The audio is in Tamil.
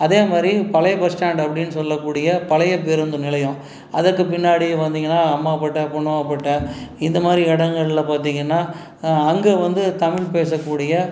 அதே மாதிரி பழைய பஸ் ஸ்டாண்ட் அப்படின்னு சொல்லக்கூடிய பழைய பேருந்து நிலையம் அதற்கு பின்னாடி பார்த்தீங்கன்னா அம்மாபேட்டை பொன்னம்மாபேட்டை இந்த மாதிரி இடங்கள்ல பார்த்தீங்கன்னா அங்கே வந்து தமிழ் பேசக்கூடிய